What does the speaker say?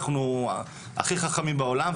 אנחנו החכמים ביותר בעולם,